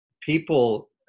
people